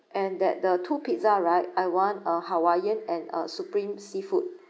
and that the two pizza right I want a hawaiian and a supreme seafood